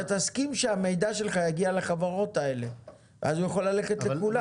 אתה תסכים שהמידע שלך יגיע לחברות האלה ואז הוא יכול ללכת לכולם.